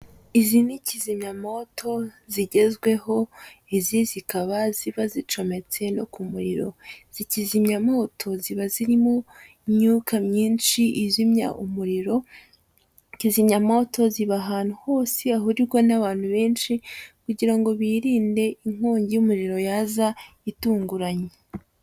Izi ni kizimyamoto zigezweho, izi zikaba ziba zicometse no ku muriro. Izi kizimyamoto ziba zirimo imyuka myinshi izimya umuriro. Kizimyamoto ziba ahantu hose hahurirwa n'abantu benshi, kugira ngo birinde inkongi y'umuriro yaza itunguranye.